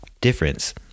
difference